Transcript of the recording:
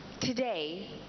today